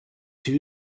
two